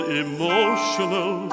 emotional